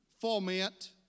foment